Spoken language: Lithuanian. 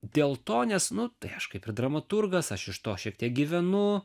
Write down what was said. dėl to nes nu tai aš kaip ir dramaturgas aš iš to šiek tiek gyvenu